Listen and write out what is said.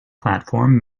platform